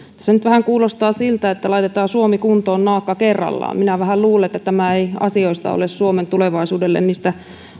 tässä nyt vähän kuulostaa siltä että laitetaan suomi kuntoon naakka kerrallaan minä vähän luulen että tämä ei ole suomen tulevaisuudelle niitä